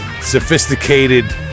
sophisticated